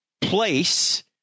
place